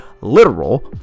literal